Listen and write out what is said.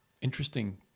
interesting